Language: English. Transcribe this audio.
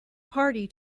party